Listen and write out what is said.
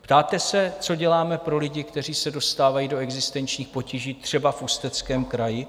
Ptáte se, co děláme pro lidi, kteří se dostávají do existenčních potíží, třeba v Ústeckém kraji?